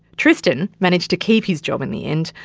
tristan managed to keep his job in the end,